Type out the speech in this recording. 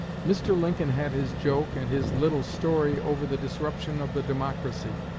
mr. lincoln had his joke and his little story over the disruption of the democracy.